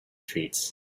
treats